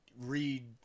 read